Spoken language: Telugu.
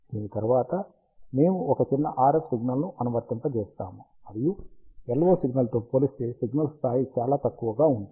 దీని తరువాత మేము ఒక చిన్న RF సిగ్నల్ ను అనువర్తింపజేస్తాము మరియు LO సిగ్నల్తో పోలిస్తే సిగ్నల్ స్థాయి చాలా తక్కువగా ఉంటుంది